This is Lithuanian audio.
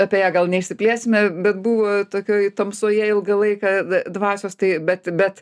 apie ją gal neišsiplėsime bet buvo tokioj tamsoje ilgą laiką dvasios tai bet bet